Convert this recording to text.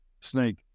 Snake